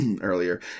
Earlier